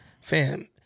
fam